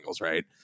right